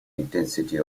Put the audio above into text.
intensity